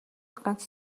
ганц